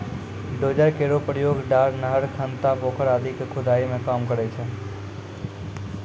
dozer केरो प्रयोग डार, नहर, खनता, पोखर आदि क खुदाई मे काम करै छै